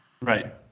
Right